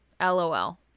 LOL